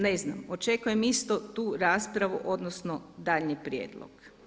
Ne znam, očekujem istu tu raspravu odnosno daljnji prijedlog.